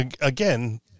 again